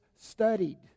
studied